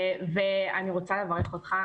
ואני רוצה לברך אותך,